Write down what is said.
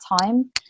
time